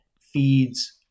feeds